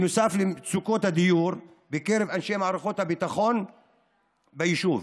נוסף למצוקות הדיור בקרב אנשי מערכת הביטחון ביישוב,